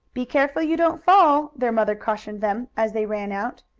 be careful you don't fall, their mother cautioned them, as they ran out,